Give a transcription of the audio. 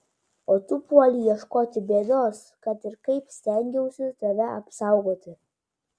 o tu puolei ieškoti bėdos kad ir kaip stengiausi tave apsaugoti